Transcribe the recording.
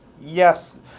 yes